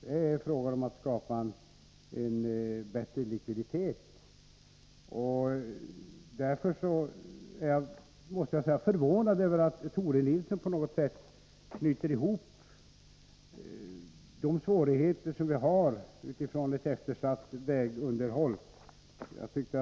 Det är fråga om att skapa en bättre likviditet. Jag är förvånad över att Tore Nilsson på något sätt med detta knyter ihop de svårigheter vi har på grund av ett eftersatt vägunderhåll.